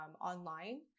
online